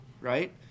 right